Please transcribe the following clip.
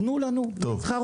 תנו לנו להתחרות.